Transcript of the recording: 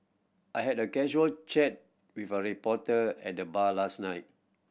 I had a casual chat with a reporter at the bar last night